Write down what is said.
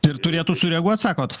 ir turėtų sureaguot sakot